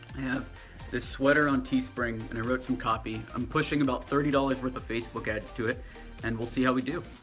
this sweater on teespring and i wrote some copy. i'm pushing about thirty dollars worth of facebook ads to it and we'll see how we do.